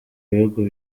bihugu